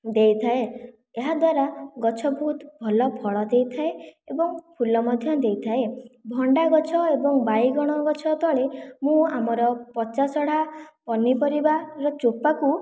ଦେଇଥାଏ ଏହାଦ୍ୱାରା ଗଛ ବହୁତ ଭଲ ଫଳ ଦେଇଥାଏ ଏବଂ ଫୁଲ ମଧ୍ୟ ଦେଇଥାଏ ଭଣ୍ଡାଗଛ ଏବଂ ବାଇଗଣ ଗଛ ତଳେ ମୁଁ ଆମର ପଚାସଢ଼ା ପନିପରିବାର ଚୋପାକୁ